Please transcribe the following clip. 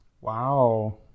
Wow